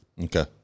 Okay